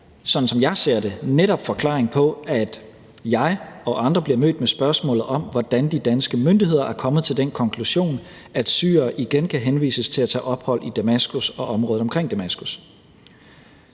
sådan som jeg ser det, netop forklaringen på, at jeg og andre bliver mødt med spørgsmålet om, hvordan de danske myndigheder er kommet til den konklusion, at syrere igen kan henvises til at tage ophold i Damaskus og området omkring Damaskus.